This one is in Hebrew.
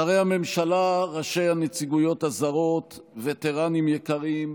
שרי הממשלה, ראשי הנציגויות הזרות, וטרנים יקרים,